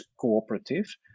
cooperative